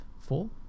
Four